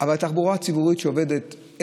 אבל התחבורה הציבורית עובדת.